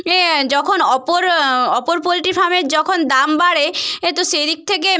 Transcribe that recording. এ যখন অপর অপর পোলট্রি ফার্মের যখন দাম বাড়ে এ তো সেদিক থেকে